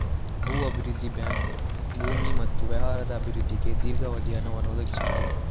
ಭೂ ಅಭಿವೃದ್ಧಿ ಬ್ಯಾಂಕ್ ಭೂಮಿ ಮತ್ತು ವ್ಯವಹಾರದ ಅಭಿವೃದ್ಧಿಗೆ ದೀರ್ಘಾವಧಿಯ ಹಣವನ್ನು ಒದಗಿಸುತ್ತದೆ